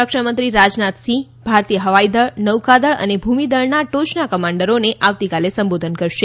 સંરક્ષણ મંત્રી રાજનાથસિંહ ભારતીય હવાઈદળ નૌકાદળ અને ભૂમિ દળના ટોચના કમાન્ડરોને આવતીકાલે સંબોધન કરશે